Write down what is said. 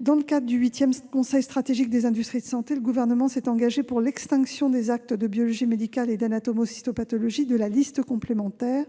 Dans le cadre du huitième Conseil stratégique des industries de santé, le Gouvernement s'est engagé en faveur de l'extinction des actes de biologie médicale et d'anatomocytopathologie de la liste complémentaire,